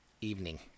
evening